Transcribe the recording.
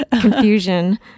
Confusion